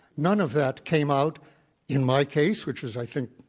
none of that came out in my case, which is, i think,